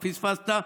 פספסת,